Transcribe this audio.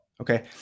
Okay